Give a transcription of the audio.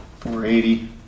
480